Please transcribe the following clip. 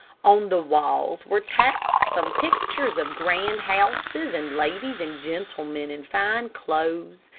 on the walls were tacked some pictures of grand houses and ladies and gentlemen in fine clothes,